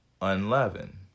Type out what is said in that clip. unleavened